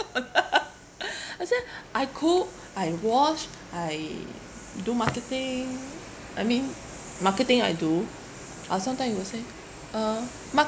I say I cook I wash I do marketing I mean marketing I do uh some time you will say uh